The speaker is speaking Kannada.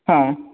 ಹಾಂ